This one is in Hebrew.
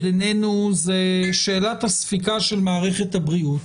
עינינו זאת שאלת הספיקה של מערכת הבריאות,